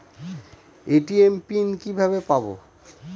ATM PIN কিভাবে পাবো?